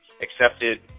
accepted